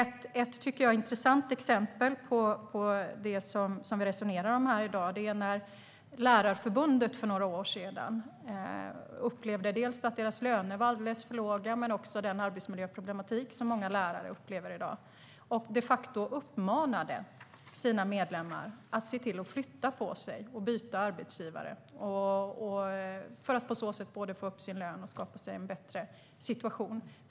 Jag tycker att ett intressant exempel på det vi resonerar om här i dag är när Lärarförbundet för några år sedan dels upplevde att lärarnas löner var alldeles för låga, dels såg att många lärare i dag upplever att det finns en arbetsmiljöproblematik. Lärarförbundet uppmanade de facto sina medlemmar att flytta på sig - byta arbetsgivare - för att på så sätt både få upp lönen och skapa sig en bättre situation.